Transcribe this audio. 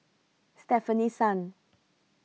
Stefanie Sun